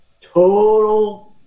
total